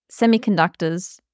semiconductors